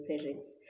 parents